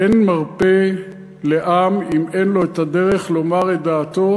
אין מרפא לעם אם אין לו את הדרך לומר את דעתו